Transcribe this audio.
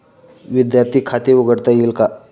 विद्यार्थी खाते उघडता येईल का?